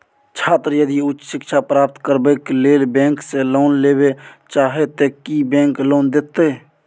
छात्र यदि उच्च शिक्षा प्राप्त करबैक लेल बैंक से लोन लेबे चाहे ते की बैंक लोन देतै?